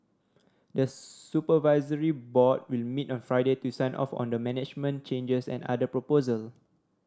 the supervisory board will meet on Friday to sign off on the management changes and other proposal